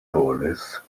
police